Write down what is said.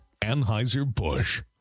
Anheuser-Busch